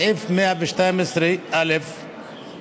בסעיף 112 (ב),